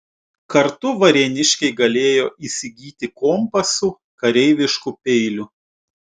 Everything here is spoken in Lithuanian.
kartu varėniškiai galėjo įsigyti kompasų kareiviškų peilių